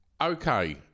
Okay